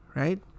right